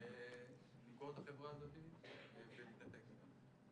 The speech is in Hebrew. למכור את החברה הזאת ולהתנתק ממנה.